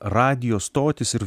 radijo stotys ir